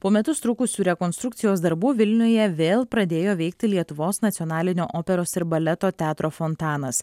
po metus trukusių rekonstrukcijos darbų vilniuje vėl pradėjo veikti lietuvos nacionalinio operos ir baleto teatro fontanas